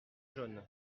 jaune